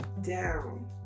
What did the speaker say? down